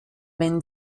wenn